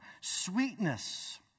Sweetness